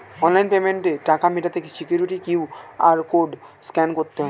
online পেমেন্টে টাকা মেটাতে সিকিউরিটি কিউ.আর কোড স্ক্যান করতে হয়